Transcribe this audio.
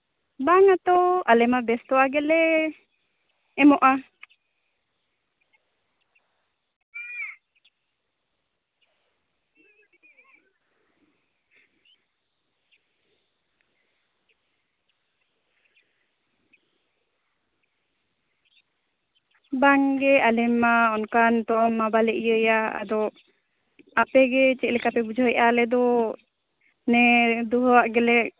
ᱵᱟᱝᱟ ᱛᱚ ᱟᱞᱮ ᱢᱟ ᱵᱮᱥ ᱛᱚᱣᱟ ᱜᱮᱞᱮ ᱮᱢᱚᱜᱼᱟ ᱵᱟᱝᱜᱮ ᱟᱞᱮ ᱢᱟ ᱚᱱᱠᱟᱱ ᱛᱚᱣᱟᱢᱟ ᱵᱟᱞᱮ ᱤᱭᱟᱹᱭᱟ ᱟᱫᱚ ᱟᱯᱮ ᱜᱮ ᱪᱮᱫᱞᱮᱠᱟ ᱯᱮ ᱵᱩᱡᱷᱟᱹᱣᱮᱫᱼᱟ ᱟᱞᱮ ᱫᱚ ᱢᱟᱱᱮ ᱫᱩᱦᱟᱺᱣᱟᱜ ᱜᱮᱞᱮ